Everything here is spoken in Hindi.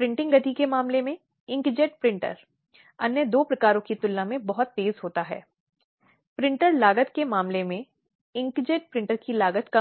जिससे उसके अधिकारों को बनाए रखा जाता है और कहीं न कहीं इस राज्य के हित को इसके माध्यम से देखा जाता है कि